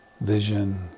vision